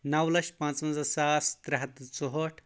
نو لچھ پنٛژوَنٛزاہ ساس ترٛےٚ ہَتھ تہٕ ژُہٲٹھ